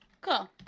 Cool